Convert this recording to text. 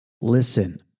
Listen